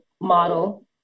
model